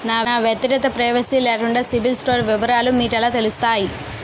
నా వ్యక్తిగత ప్రైవసీ లేకుండా సిబిల్ స్కోర్ వివరాలు మీకు ఎలా తెలుస్తాయి?